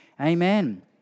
Amen